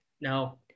No